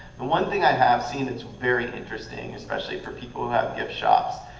the one thing i have seen that's very interesting, especially for people who have gift shops,